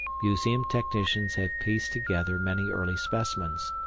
museum technicians have pieced together many early specimens.